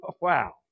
Wow